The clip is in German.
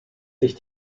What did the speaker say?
sich